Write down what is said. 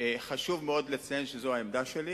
אבל חשוב מאוד לציין שזאת העמדה שלי